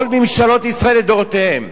כל ממשלות ישראל לדורותיהן,